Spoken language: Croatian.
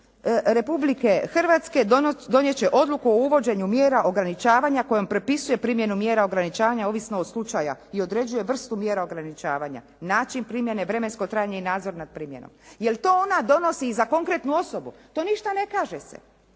Republike Hrvatske, donijet će odluku o uvođenju mjera ograničavanja kojom prepisuje primjenu mjera ograničavanja ovisno od slučaja i određuje vrstu mjera ograničavanja, način primjene, vremensko trajanje i nadzor nad primjenom. Je li to ona donosi i za konkretnu osobu? To ništa ne kaže se.